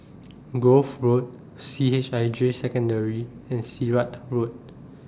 Grove Road C H I J Secondary and Sirat Road